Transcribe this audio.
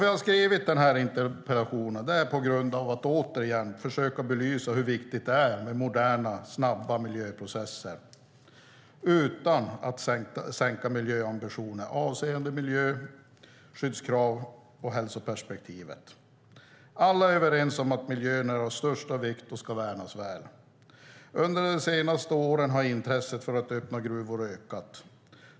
Jag skrev den här interpellationen för att återigen försöka belysa hur viktigt det är med moderna, snabba miljöprocesser utan att man sänker ambitionerna avseende miljö, skyddskrav och hälsoperspektivet. Alla är överens om att miljön är av största vikt och ska värnas väl. Under de senaste åren har intresset för att öppna gruvor ökat.